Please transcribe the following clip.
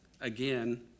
again